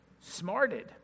smarted